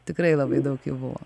tikrai labai daug jų buvo